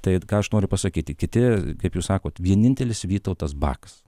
tai ką aš noriu pasakyti kiti kaip jus sakot vienintelis vytautas bakas